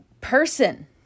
person